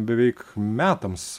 beveik metams